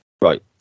Right